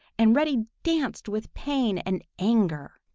and reddy danced with pain and anger.